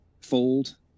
fold